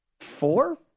Four